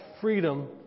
freedom